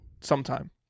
sometime